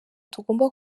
tugomba